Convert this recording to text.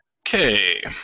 Okay